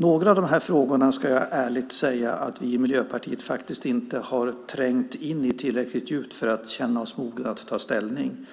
Några av de här frågorna ska jag ärligt säga att vi i Miljöpartiet inte har trängt in i tillräckligt djupt för att känna oss mogna att ta ställning.